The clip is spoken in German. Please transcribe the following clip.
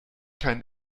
kein